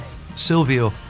Silvio